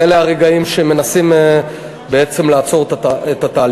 ואלה הרגעים שבהם מנסים לעצור את התהליך.